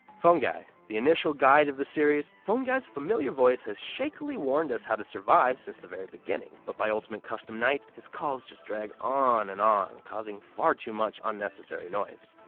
phone guy. the initial guide of the series, phone guy's familiar voice has shakily warned us how to survive since the very beginning. but by ultimate custom night, his calls just drag on and on, causing far too much unnecessary noise.